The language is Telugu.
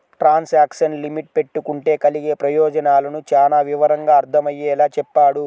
ట్రాన్సాక్షను లిమిట్ పెట్టుకుంటే కలిగే ప్రయోజనాలను చానా వివరంగా అర్థమయ్యేలా చెప్పాడు